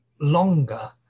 longer